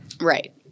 Right